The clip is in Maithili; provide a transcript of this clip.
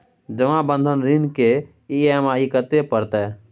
जमा बंधक ऋण के ई.एम.आई कत्ते परतै?